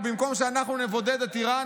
במקום שנבודד את איראן,